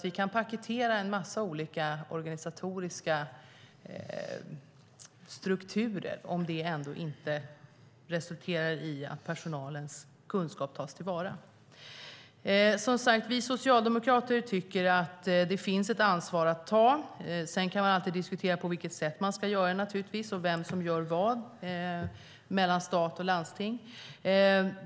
Vi kan paketera en massa organisatoriska strukturer om de inte resulterar i att personalens kunskap tas till vara. Vi socialdemokrater tycker att det finns ett ansvar att ta. Sedan kan man alltid diskutera på vilket sätt det ska ske och vem som ska göra vad när det gäller stat och landsting.